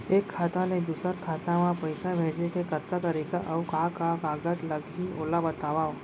एक खाता ले दूसर खाता मा पइसा भेजे के कतका तरीका अऊ का का कागज लागही ओला बतावव?